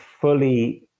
fully